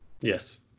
Yes